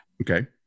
Okay